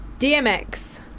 DMX